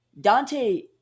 Dante